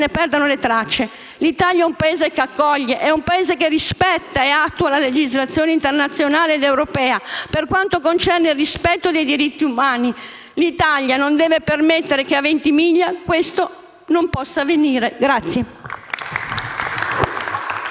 perdano le tracce. L'Italia è un Paese che accoglie, è un Paese che rispetta e attua la legislazione internazionale ed europea per quanto concerne il rispetto dei diritti umani. L'Italia non deve permettere che a Ventimiglia questo non possa avvenire.